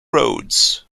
roads